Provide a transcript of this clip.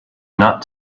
not